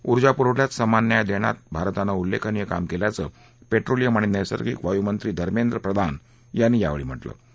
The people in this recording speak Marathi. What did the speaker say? ऊर्जा पुरवठ्यात समान न्याय देण्यात भारतानं उल्लेखनीय काम केल्याचं पेट्रोलियम आणि नैसर्गिक वायूमंत्री धमेंद्र प्रधान यांनी यावेळी म्हाळा